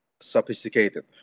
sophisticated